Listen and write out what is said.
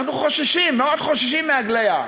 אנחנו מאוד חוששים מהגליה.